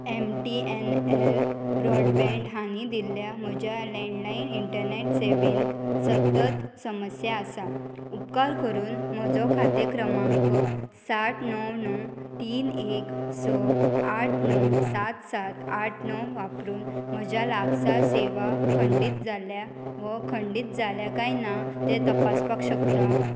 M T N L broadband हांणी दिल्ल्या म्हज्या लँडलायन इंटरनेट सेवेंत सतत समस्या आसा उपकार करून म्हजो खातें क्रमांक सात णव णव तीन एक स आठ णव सात सात आठ णव वापरून म्हज्या लागसार सेवा खंडीत जाल्ल्या व खंडीत जाल्या काय ना तें तपासपाक शकता